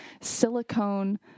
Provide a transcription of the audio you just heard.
silicone